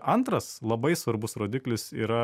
antras labai svarbus rodiklis yra